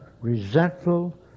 resentful